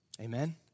Amen